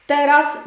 Teraz